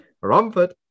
Romford